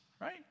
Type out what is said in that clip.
Right